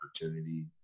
opportunity